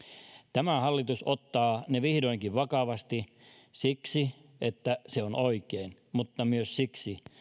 tämä hallitus ottaa ne vihdoinkin vakavasti siksi että se on oikein mutta myös siksi